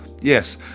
yes